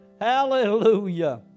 Hallelujah